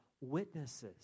witnesses